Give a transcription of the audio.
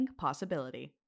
possibility